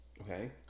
Okay